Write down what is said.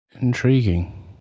Intriguing